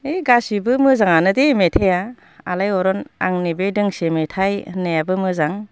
है गासिबो मोजाङानो दै मेथाइआ आलायारन आंनि बे दोंसे मेथाइ होननायाबो मोजां